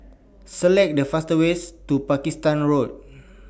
Select The fastest Way to Pakistan Road